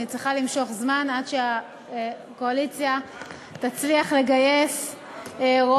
אני צריכה למשוך זמן עד שהקואליציה תצליח לגייס רוב.